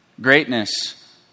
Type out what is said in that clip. Greatness